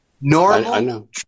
Normal